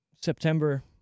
September